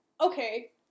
okay